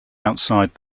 outside